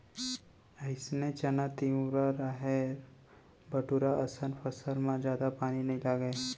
अइसने चना, तिंवरा, राहेर, बटूरा असन फसल म जादा पानी नइ लागय